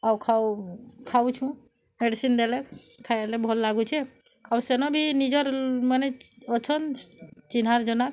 ଆଉ ଖାଉ ଖାଉଛୁଁ ମେଡିସିନ୍ ଦେଲେ ଖାଏଲେ ଭଲ୍ ଲାଗୁଛେ ଆଉ ସେନ ବି ନିଜର୍ ମାନେ ଅଛନ୍ ଚିହ୍ନାର୍ ଜନାର୍